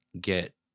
get